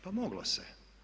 Pa moglo se.